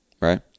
right